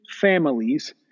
families